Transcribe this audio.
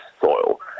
soil